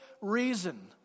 reason